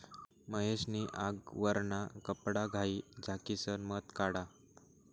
महेश नी आगवरना कपडाघाई झाकिसन मध काढा